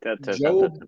joe